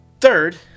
third